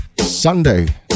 Sunday